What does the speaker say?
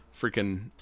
freaking